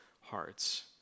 hearts